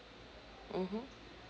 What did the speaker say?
mmhmm